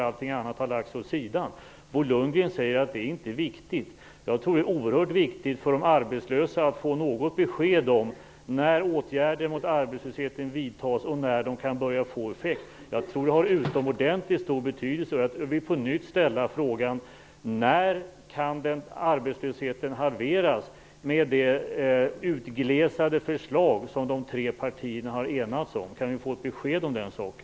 Allt annat har ju lagts åt sidan där. Bo Lundgren säger att det inte är viktigt. Jag tror att det är oerhört viktigt för de arbetslösa att få något besked om när åtgärder mot arbetslösheten vidtas och när de kan börja få effekt. Jag tror att det har utomordentligt stor betydelse. Jag vill på nytt ställa frågan när kan arbetslösheten halveras med det utglesade förslag som de tre partierna har enats om. Kan vi få ett besked om den saken?